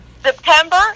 September